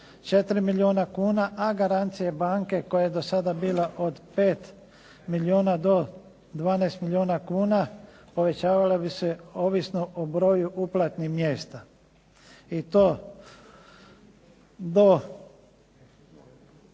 4 milijuna kuna, a garancija je banke koja je do sada bila od 5 milijuna do 12 milijuna kuna povećavala bi se ovisno o broju uplatnih mjesta i to do